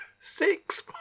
six